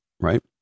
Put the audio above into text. right